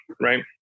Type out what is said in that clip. right